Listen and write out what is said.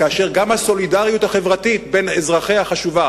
כאשר גם הסולידריות החברתית בין אזרחיה חשובה.